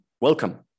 Welcome